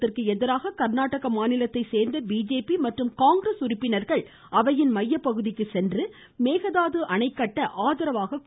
இதற்கு எதிராக கா்நாடக மாநிலத்தை சோ்ந்த பிஜேபி மற்றும் காங்கிரஸ் உறுப்பினர்கள் அவையின் மையப்பகுதிக்கு சென்று மேகதாது அணை கட்ட ஆதரவாக எழுப்பினார்கள்